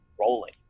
rolling